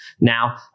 now